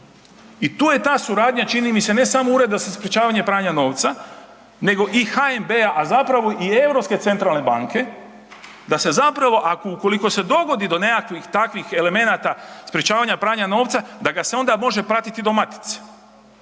I tu je ta suradnja čini mi se ne samo Ureda za sprečavanje pranja novca nego i HNB-a, a zapravo i Europske centralne banke da ukoliko se dogodi do nekakvih takvih elemenata sprečavanja pranja novca da ga se onda može pratiti do matice,